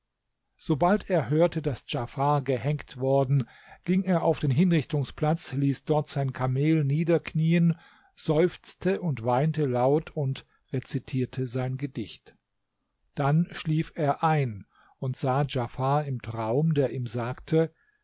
sobald er hörte daß djafar gehängt worden ging er auf den hinrichtungsplatz ließ dort sein kamel niederknieen seufzte und weinte laut und rezitierte sein gedicht dann schlief er ein und sah djafar im traum der ihm sagte